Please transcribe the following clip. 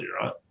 right